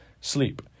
sleep